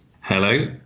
Hello